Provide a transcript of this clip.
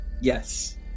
Yes